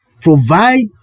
provide